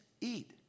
eat